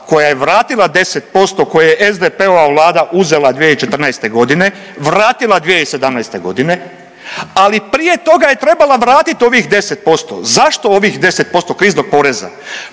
koja je vratila 10% koje je SDP-ova Vlada uzela 2014.g. vratila 2017.g., ali prije toga je trebala vratit ovih 10%. Zašto ovih 10% kriznog poreza?